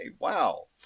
Wow